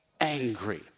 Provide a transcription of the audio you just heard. angry